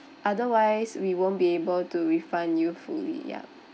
otherwise we won't be able to refund you fully yup